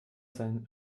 sein